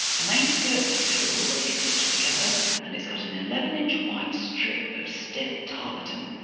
the main skirt pieces are already stitched together and it's got an eleven inch wide strip of stiff tarlatan,